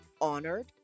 honored